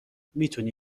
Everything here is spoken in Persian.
میتونی